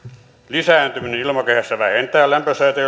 lisääntyminen ilmakehässä vähentää lämpösäteilyn